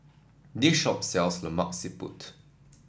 this shop sells Lemak Siput